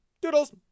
doodles